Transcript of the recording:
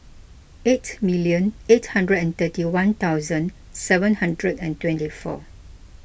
eight million eight hundred and thirty one thousand seven hundred and twenty four